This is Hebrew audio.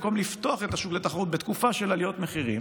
במקום לפתוח את השוק לתחרות בתקופה של עליות מחירים,